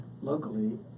Locally